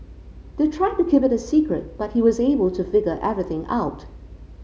they tried to keep it a secret but he was able to figure everything out